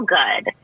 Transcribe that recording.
good